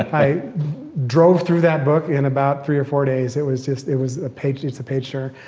i drove through that book in about three or four days. it was just, it was a page, it's a picture.